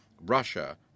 Russia